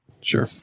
sure